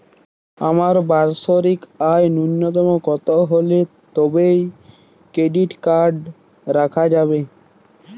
আমার বার্ষিক আয় ন্যুনতম কত হলে তবেই ক্রেডিট কার্ড রাখা যাবে?